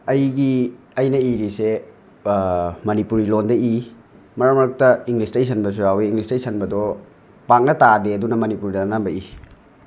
ꯑꯩꯒꯤ ꯑꯩꯅ ꯏꯔꯤꯁꯦ ꯃꯅꯤꯄꯨꯔꯤ ꯂꯣꯟꯗ ꯏ ꯃꯔꯛ ꯃꯔꯛꯇ ꯏꯪꯂꯤꯁꯇ ꯏꯁꯟꯕꯁꯨ ꯌꯥꯎꯏ ꯏꯪꯂꯤꯁꯇ ꯏꯁꯟꯕꯗꯣ ꯄꯥꯛꯅ ꯇꯥꯗꯦ ꯑꯗꯨꯅ ꯃꯅꯤꯄꯨꯔꯗ ꯑꯅꯝꯕ ꯏ